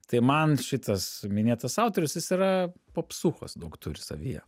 tai man šitas minėtas autorius jis yra popsuchos daug turi savyje